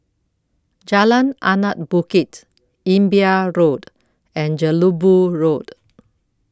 Jalan Anak Bukit Imbiah Road and Jelebu Road